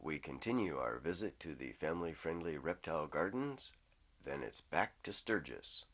we continue our visit to the family friendly reptile gardens then it's back to sturgis